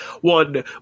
one